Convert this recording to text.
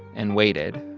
and waited.